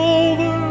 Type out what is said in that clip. over